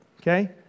okay